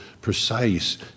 precise